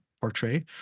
portray